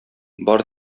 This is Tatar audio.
бары